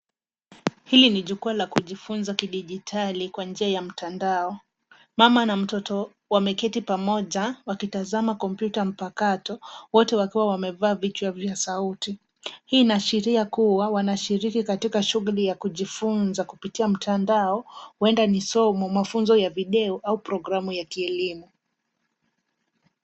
Hili ni jukwaa la kujifunza kidijitali kwa njia ya mtandao. Mama na mtoto wameketi pamoja wakitazama kompyuta mpakato wote wakiwa wamevaa vichwa vya sauti. Hii inaashiria kuwa wanashiriki katika shughuli ya kujifunza kupitia mtandao huenda ni somo, mafunzo ya video au programu ya kielimu.